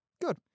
Good